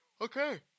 okay